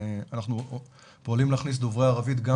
אנחנו פועלים להכניס דוברי ערבית גם